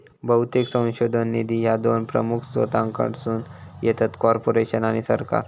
बहुतेक संशोधन निधी ह्या दोन प्रमुख स्त्रोतांकडसून येतत, कॉर्पोरेशन आणि सरकार